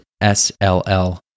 SLL